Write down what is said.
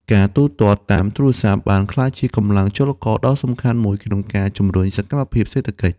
ការទូទាត់តាមទូរស័ព្ទ បានក្លាយជាកម្លាំងចលករដ៏សំខាន់មួយក្នុងការជំរុញសកម្មភាពសេដ្ឋកិច្ច។